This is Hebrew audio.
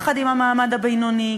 יחד עם המעמד הבינוני,